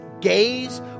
gaze